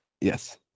Yes